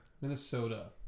Minnesota